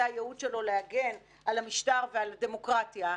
הייעוד שלו להגן על המשטר ועל הדמוקרטיה,